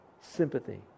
Sympathy